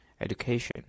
education